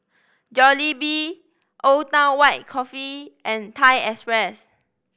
Jollibee Old Town White Coffee and Thai Express